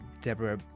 deborah